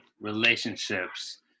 relationships